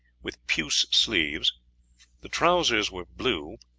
with puce sleeves the trousers were blue,